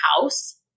house